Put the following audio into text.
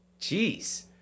Jeez